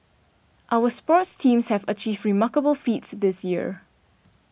our sports teams have achieved remarkable feats this year